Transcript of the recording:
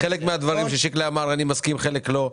לחלק מהדברים ששיקלי אמר אני מסכים ולחלק לא.